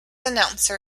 announcer